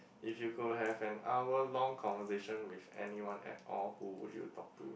if you could have an hour long conversation with anyone at all who will you talk to